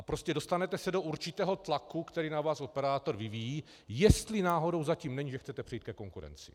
Prostě dostanete se do určitého tlaku, který na vás operátor vyvíjí, jestli náhodou za tím není, že chcete přejít ke konkurenci.